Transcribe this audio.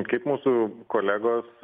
kaip mūsų kolegos